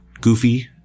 Goofy